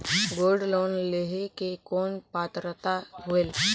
Gold loan लेहे के कौन पात्रता होएल?